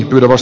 pylväs